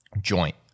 joint